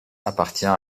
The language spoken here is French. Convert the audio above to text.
appartient